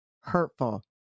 hurtful